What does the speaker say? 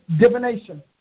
divination